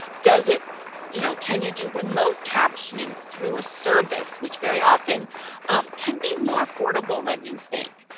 does it you know, can you do remote captioning through a service which very often um can be more affordable than you think.